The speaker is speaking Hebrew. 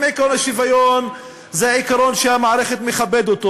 אם עקרון השוויון הוא עיקרון שהמערכת מכבדת,